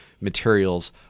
materials